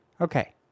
Okay